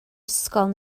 ysgol